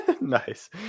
Nice